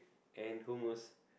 and hummus